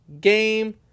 game